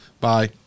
Bye